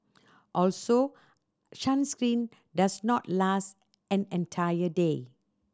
also does not last an entire day